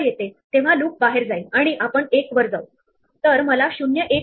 तो पॉइंट पिवळा आणि हिरवा या दोन्ही रंगानी रंगवला आहे